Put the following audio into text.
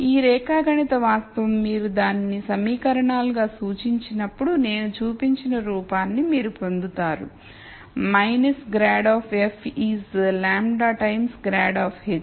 ఈ రేఖాగణిత వాస్తవం మీరు దానిని సమీకరణాలుగా సూచించినప్పుడు నేను చూపించిన రూపాన్ని మీరు పొందుతారు grad of f is λ times grad of h